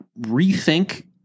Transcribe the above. rethink